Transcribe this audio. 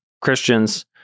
Christians